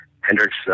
Hendricks